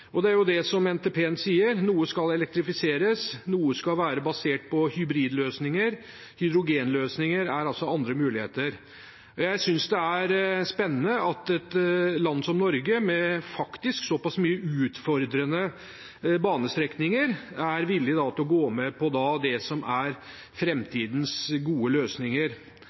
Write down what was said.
Det er jo det NTP-en sier, noe skal elektrifiseres, noe skal være basert på hybridløsninger – hydrogenløsninger er altså andre muligheter. Jeg synes det er spennende at et land som Norge med såpass mange utfordrende banestrekninger er villig til å gå med på det som er framtidens gode løsninger.